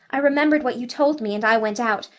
i remembered what you told me, and i went out,